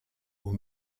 aux